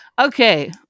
Okay